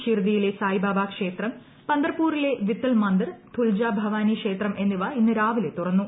ഷിർദിയിലെ സായിബാബ ക്ഷേത്രം പന്തർപൂരിലെ വിത്തൽ മന്ദിർ തുൾജ ഭവാനി ക്ഷേത്രം എന്നിവ ഇന്ന് രാവിലെ തുറന്നു